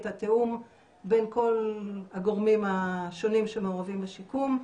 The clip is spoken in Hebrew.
את התיאום בין כל הגורמים השונים שמעורבים בשיקום,